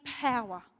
power